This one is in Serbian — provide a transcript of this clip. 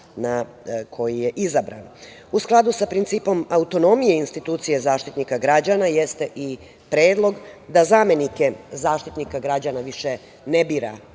skladu sa principom autonomije Institucije Zaštitnika građana, jeste i predlog da zamenike Zaštitnika građana više ne bira